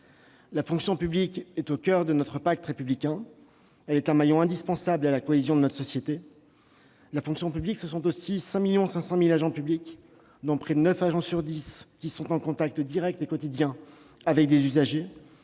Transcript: La fonction publique est au coeur de notre pacte républicain. Elle est un maillon indispensable à la cohésion de notre société. La fonction publique, ce sont 5,5 millions d'agents publics. Près de neuf agents sur dix sont au contact direct et quotidien avec des usagers.